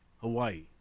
Hawaii